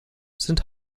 sind